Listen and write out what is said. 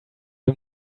him